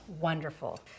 wonderful